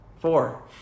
Four